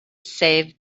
save